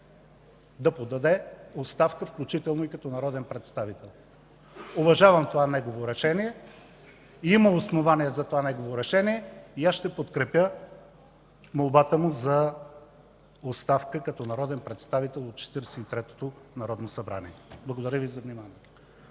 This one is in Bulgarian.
да подаде оставка, включително и като народен представител. Уважавам това негово решение, има основания за това негово решение и аз ще подкрепя молбата му за оставка като народен представител от Четиридесет и третото Народно събрание. Благодаря Ви за вниманието.